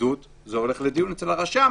התנגדות וזה הולך לדיון אצל הרשם.